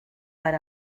per